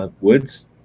Woods